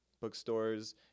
bookstores